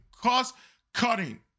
cost-cutting